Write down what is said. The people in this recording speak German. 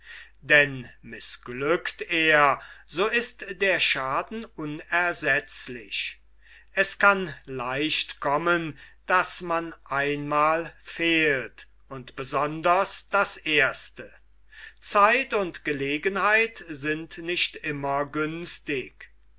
denn mißglückt er so ist der schaden unersetzlich es kann leicht kommen daß man ein mal fehlt und besonders das erste zeit und gelegenheit sind nicht immer günstig